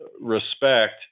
respect